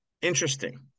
interesting